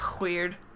Weird